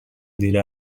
دیر